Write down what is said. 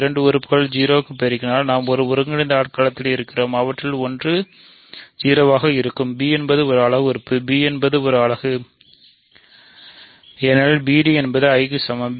இரண்டு உறுப்புகள் 0 க்குப் பெருக்கினால் நாம் ஒரு ஒருங்கிணைந்த ஆட்களத்தில் இருக்கிறோம் அவற்றில் ஒன்று 0 ஆக இருக்க வேண்டும் b என்பது ஒரு அலகு உறுப்பு b என்பது ஒரு அலகு ஏனெனில் bd என்பது 1 க்கு சமம்